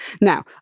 Now